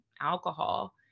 alcohol